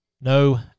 no